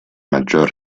maggiore